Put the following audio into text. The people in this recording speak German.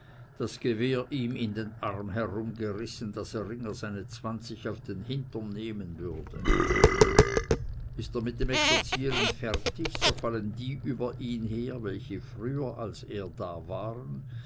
das gewehr ihm in den armen herumgerissen daß er ringer seine zwanzig auf den h nehmen würde ist er mit dem exerzieren fertig so fallen die über ihn her welche früher als er da waren